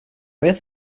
vet